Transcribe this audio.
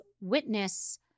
witness